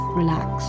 relax